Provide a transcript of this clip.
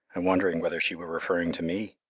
and wondering whether she were referring to me.